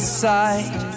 side